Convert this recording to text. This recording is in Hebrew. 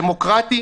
דמוקרטי?